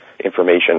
information